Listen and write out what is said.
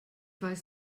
weiß